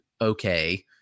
okay